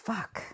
Fuck